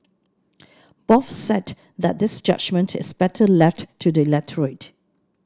both said that this judgement is better left to the electorate